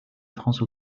france